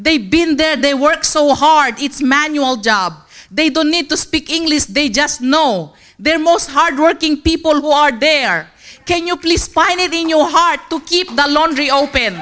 they've been there they work so hard it's manual job they don't need to speak english they just know they're most hardworking people who are there can you please find it in your heart to keep the laundry open